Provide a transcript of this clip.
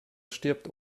stirbt